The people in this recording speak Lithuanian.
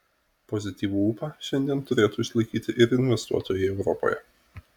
pozityvų ūpą šiandien turėtų išlaikyti ir investuotojai europoje